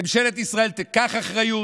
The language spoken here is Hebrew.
ממשלת ישראל תיקח אחריות: